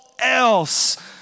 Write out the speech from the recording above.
else